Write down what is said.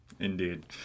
Indeed